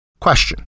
Question